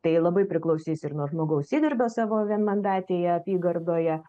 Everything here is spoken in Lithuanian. tai labai priklausys ir nuo žmogaus įdirbio savo vienmandatėje apygardoje